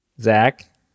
Zach